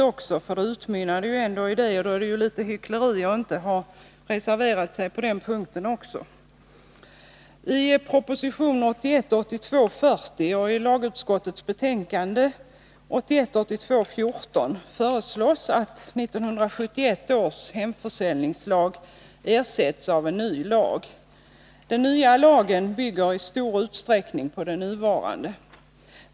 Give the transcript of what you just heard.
Resonemanget utmynnade ju i att man helst vill ha ett sådant, och då är det ju litet hyckleri att inte ha reserverat sig på den punkten också.